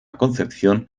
concepción